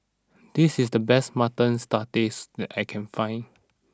this is the best Mutton Satay that I can find